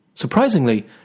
Surprisingly